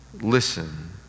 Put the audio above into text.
Listen